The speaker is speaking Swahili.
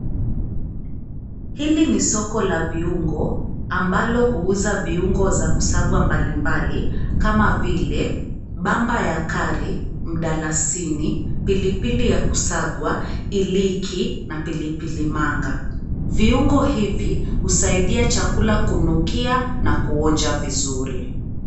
Hili ni soko la viungo ambalo huuza viungo za kusagwa mbali mbali kama vile bamba ya kari, mdalasini, pili pili ya kusagwa, iliki na pili pili manga. Viungo hivi husaidia chakula kunukia na kuonja vizuri.